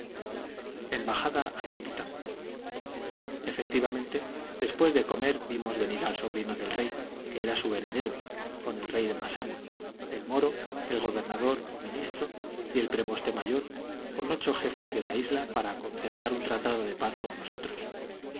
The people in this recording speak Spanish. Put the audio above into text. al capitán efectivamente después de comer vimos venir al sobrino del rey que era su heredero con el rey de massana el moro el gobernador o ministro y el preboste mayor con ocho jefes de la isla para concertar un tratado de paz con nosotros